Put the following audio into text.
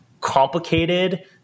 complicated